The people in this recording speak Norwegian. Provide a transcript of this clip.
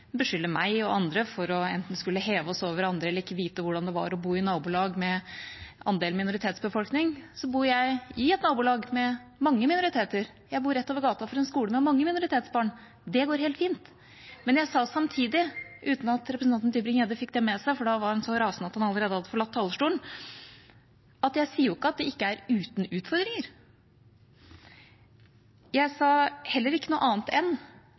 andre for enten å skulle heve oss over andre eller ikke vite hvordan det var å bo i nabolag med en andel minoritetsbefolkning. Jeg bor i et nabolag med mange minoriteter. Jeg bor rett over gata for en skole med mange minoritetsbarn. Det går helt fint. Jeg sa samtidig, uten at representanten Tybring-Gjedde fikk det med seg, for da var han så rasende at han allerede hadde forlatt talerstolen, at det ikke er uten utfordringer. Jeg sa heller ikke noe annet enn